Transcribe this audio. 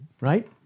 right